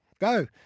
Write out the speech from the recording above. Go